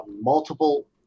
multiple